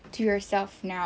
to yourself now